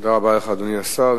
תודה רבה לך, אדוני השר.